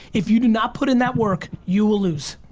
if you do not put in that work, you will lose.